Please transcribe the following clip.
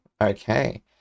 Okay